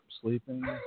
Sleeping